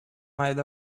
might